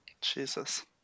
Jesus